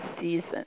season